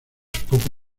poco